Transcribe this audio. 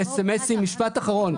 משפט אחרון.